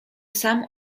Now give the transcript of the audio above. sam